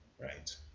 right